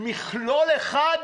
מכלול אחד?